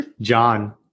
John